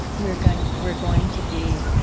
we're going we're going to be